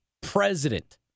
president